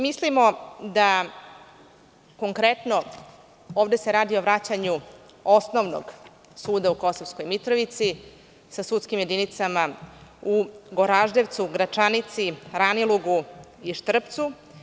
Mislimo da konkretno, ovde se radi o vraćanju osnovnog suda u Kosovskoj Mitrovici sa sudskim jedinicama u Goraždevcu, Gračanici, Ranilugu i Štrpcu.